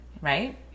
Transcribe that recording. right